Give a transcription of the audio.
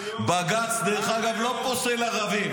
גם היום --- דרך אגב, בג"ץ לא פוסל ערבים.